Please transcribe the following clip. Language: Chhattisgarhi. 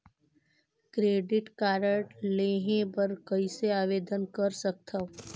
क्रेडिट कारड लेहे बर कइसे आवेदन कर सकथव?